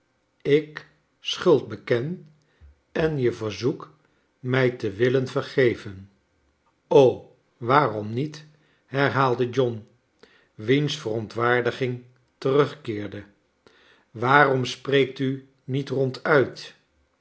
ik schuld beken en je verzoek mij te willen vergeven o waarom niet herhaalde john wiens verontwaardiging terugkeerde waarom spreekt u niet ronduit